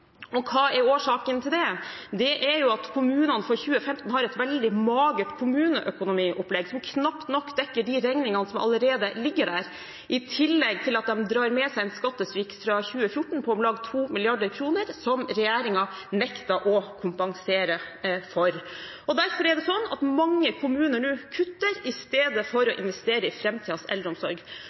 og hva er årsaken til det? Det er jo at kommunene for 2015 har et veldig magert kommuneøkonomiopplegg, som knapt nok dekker de regningene som allerede ligger der, i tillegg til at de drar med seg en skattesvikt fra 2014 på om lag 2 mrd. kr, som regjeringen nektet å kompensere for. Derfor er det slik at mange kommuner nå kutter i stedet for å investere i framtidens eldreomsorg.